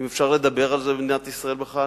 אם אפשר לדבר על זה במדינת ישראל בכלל,